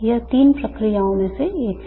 यह तीन प्रक्रियाओं में से एक है